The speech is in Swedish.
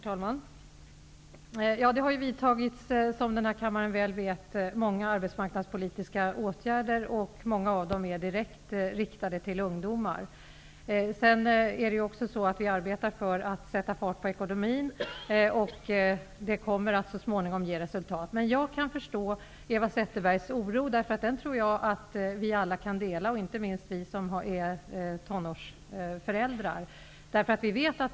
Herr talman! Som kammaren mycket väl vet har det vidtagits många arbetsmarknadspolitiska åtgärder, varav en stor del har varit direkt riktade till ungdomar. Vi arbetar för att sätta fart på ekonomin, vilket så småningom kommer att ge resultat. Jag kan förstå Eva Zetterbergs oro. Den delar vi alla, inte minst vi som är tonårsföräldrar.